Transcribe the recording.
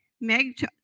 Meg